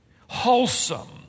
wholesome